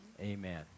Amen